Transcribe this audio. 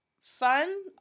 fun